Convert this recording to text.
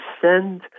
send